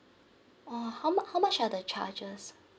orh how much how much are the charges